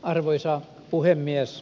arvoisa puhemies